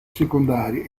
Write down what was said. secondari